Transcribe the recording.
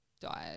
diet